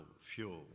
fuel